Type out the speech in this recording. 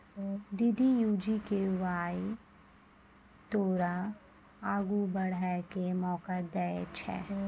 DDU GKY तोरा आगू बढ़ै के मौका दै छै